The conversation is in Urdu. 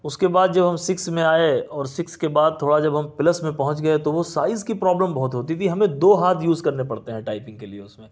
اس کے بعد جو ہم سکس میں آئے اور سکس کے بعد تھوڑا جب ہم پلس میں پہنچ گئے تو وہ سائز کی پرابلم بہت ہوتی تھی ہمیں دو ہاتھ یوز کرنے پڑتے ہیں ٹائپنگ کے لیے اس میں